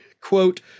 quote